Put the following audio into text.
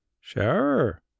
Sure